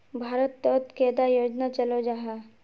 भारत तोत कैडा योजना चलो जाहा?